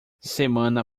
semana